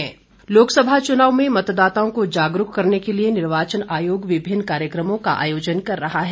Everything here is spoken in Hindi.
चुनाव जागरूकता लोकसभा चुनाव में मतदाओं को जागरूक करने के लिए निर्वाचन आयोग विभिन्न कार्यक्रमों का आयोजन कर रहा है